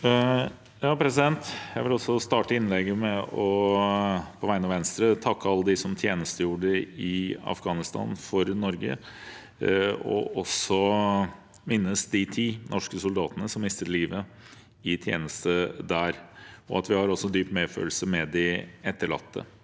Jeg vil også starte inn- legget med, på vegne av Venstre, å takke alle dem som tjenestegjorde i Afghanistan for Norge, og å minnes de ti norske soldatene som mistet livet i tjeneste der. Vi har også dyp medfølelse med de etterlatte.